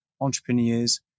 entrepreneurs